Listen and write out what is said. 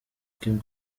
kim